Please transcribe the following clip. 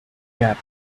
gap